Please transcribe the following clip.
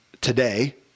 today